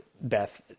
Beth